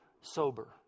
sober